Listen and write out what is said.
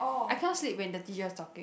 I cannot sleep when the teacher is talking